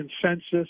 consensus